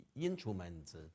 instruments